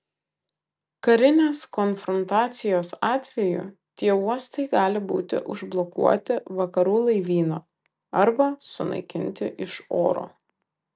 karinės konfrontacijos atveju tie uostai gali būti užblokuoti vakarų laivyno arba sunaikinti iš oro